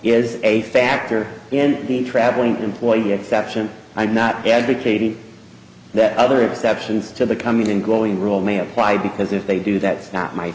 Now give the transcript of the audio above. is a factor in the traveling employee exception i'm not advocating that other exceptions to the coming and going rule may apply because if they do that's not my